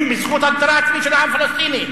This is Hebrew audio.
בזכות הגדרה עצמית של העם הפלסטיני,